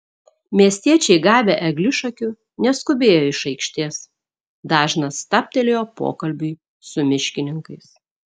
miestiečiai gavę eglišakių neskubėjo iš aikštės dažnas stabtelėjo pokalbiui su miškininkais